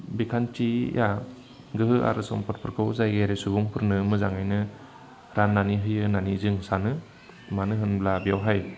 बिखान्थिया गोहो आरो सम्पदफोरखौ जायगायारि सुबुंफोरनो मोजाङैनो राननानै होयो होननानै जों सानो मानो होनोब्ला बेवहाय